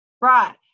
Right